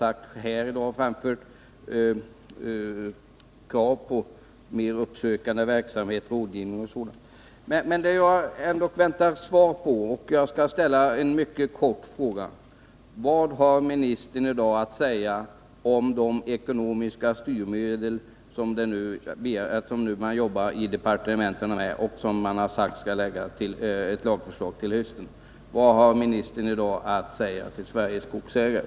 Jag har framfört krav på mer uppsökande verksamhet, rådgivning och sådant. Men nu väntar jag svar på en mycket kort fråga: Vad har jordbruksministern i dag att säga om de ekonomiska styrmedel som man nu arbetar med i departementet? Man har sagt att man skall framlägga ett lagförslag till hösten. Vad har statsrådet i dag att säga till Sveriges skogsägare?